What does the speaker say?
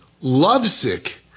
lovesick